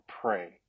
pray